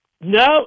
No